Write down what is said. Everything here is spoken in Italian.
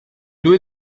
due